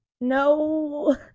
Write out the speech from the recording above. no